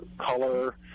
color